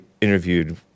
interviewed